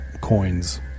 coins